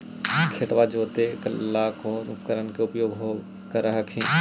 खेतबा जोते ला कौन उपकरण के उपयोग कर हखिन?